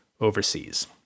overseas